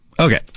Okay